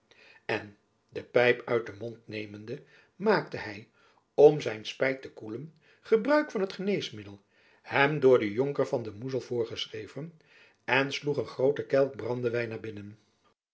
en de pijp uit den mond nemende maakte hy om zijn spijt te koelen gebruik van het geneesmiddel hem door den jonker van de moezel voorgeschreven en sloeg een groote kelk brandewijn naar binnen